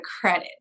credit